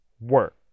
Work